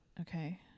Okay